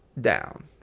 down